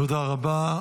תודה רבה.